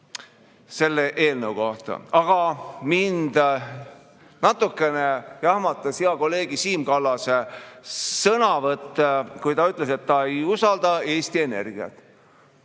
selle eelnõu kohta. Aga mind natukene jahmatas hea kolleegi Siim Kallase sõnavõtt, kui ta ütles, et ta ei usalda Eesti Energiat.